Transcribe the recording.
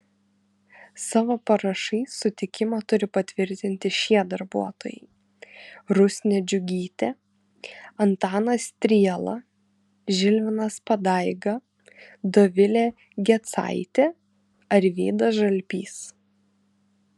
savo parašais sutikimą turi patvirtinti šie darbuotojai rusnė džiugytė antanas striela žilvinas padaiga dovilė gecaitė arvydas žalpys